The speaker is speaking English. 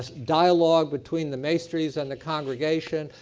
dialogue between the mastries and the congregation.